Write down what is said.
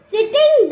Sitting